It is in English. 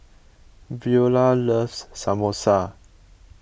Veola loves Samosa